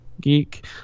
geek